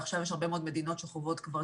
ועכשיו יש הרבה מאוד מדינות שחוות כבר